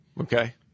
Okay